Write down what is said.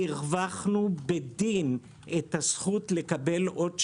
הרווחנו בדין את הזכות לקבל עוד שנה,